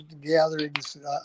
gatherings